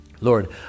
Lord